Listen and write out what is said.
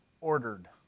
ordered